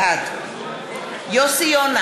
בעד יוסי יונה,